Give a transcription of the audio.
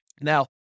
Now